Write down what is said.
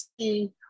see